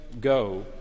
go